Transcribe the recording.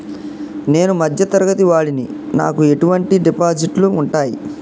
నేను మధ్య తరగతి వాడిని నాకు ఎటువంటి డిపాజిట్లు ఉంటయ్?